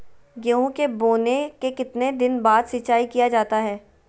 गेंहू के बोने के कितने दिन बाद सिंचाई किया जाता है?